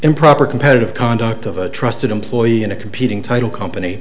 improper competitive conduct of a trusted employee in a competing title company